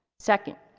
second.